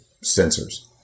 sensors